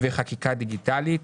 וחקיקה דיגיטלית,